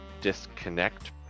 disconnect